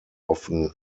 often